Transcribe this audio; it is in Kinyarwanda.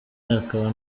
akaba